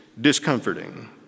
discomforting